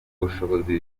bushobozi